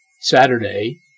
Saturday